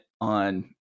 on